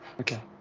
Okay